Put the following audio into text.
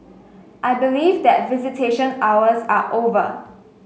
I believe that visitation hours are over